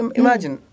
imagine